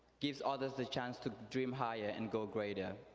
gives others the chance to dream higher and go greater.